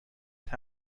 کتاب